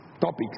topics